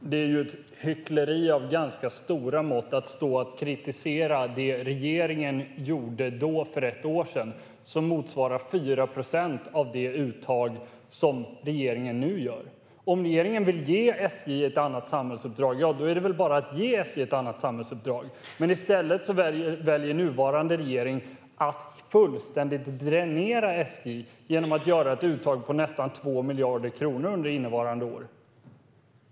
Fru talman! Det är ett hyckleri av ganska stora mått att stå och kritisera det regeringen gjorde för ett år sedan, vilket motsvarar 4 procent av det uttag regeringen nu gör. Om regeringen vill ge SJ ett annat samhällsuppdrag är det väl bara att ge SJ ett annat samhällsuppdrag, men i stället väljer nuvarande regering att fullständigt dränera SJ genom att göra ett uttag på nästan 2 miljarder kronor under innevarande år.